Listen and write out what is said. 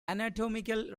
anatomical